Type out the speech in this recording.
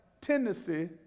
tendency